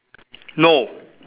no